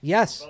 Yes